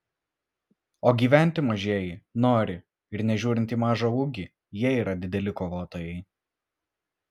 o gyventi mažieji nori ir nežiūrint į mažą ūgį jie yra dideli kovotojai